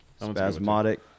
Spasmodic